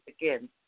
again